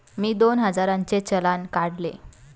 मी दोन हजारांचे चलान काढले